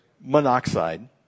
monoxide